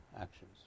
actions